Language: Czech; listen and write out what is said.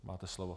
Máte slovo.